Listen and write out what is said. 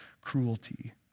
cruelty